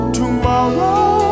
tomorrow